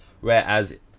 Whereas